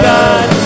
God